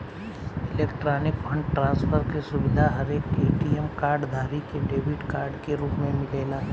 electronic fund transfer के सुविधा हरेक ए.टी.एम कार्ड धारी के डेबिट कार्ड के रूप में मिलेला